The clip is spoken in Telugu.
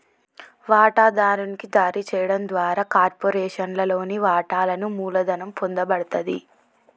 వాటాదారునికి జారీ చేయడం ద్వారా కార్పొరేషన్లోని వాటాలను మూలధనం పొందబడతది